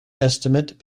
estimate